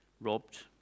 robbed